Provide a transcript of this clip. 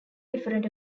different